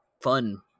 fun